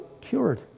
cured